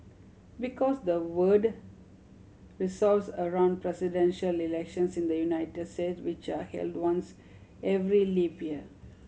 because the world resolves around presidential elections in the United States which are held once every leap year